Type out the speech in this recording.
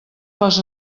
les